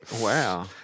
Wow